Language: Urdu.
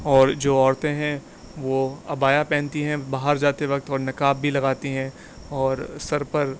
اور جو عورتیں ہیں وہ عبایا پہنتی ہیں باہر جاتے وقت اور نقاب بھی لگاتی ہیں اور سر پر